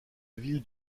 ville